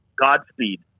Godspeed